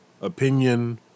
opinion